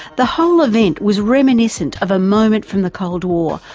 the whole event was reminiscent of a moment from the cold war,